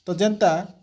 ତ ଯେନ୍ତା